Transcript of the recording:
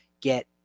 get